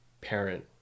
parent